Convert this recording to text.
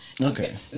okay